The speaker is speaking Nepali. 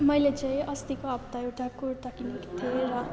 मैले चाहिँ अस्तिको हप्ता एउटा कुर्ता किनेकी थिएँ र